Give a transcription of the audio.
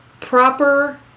proper